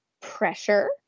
pressure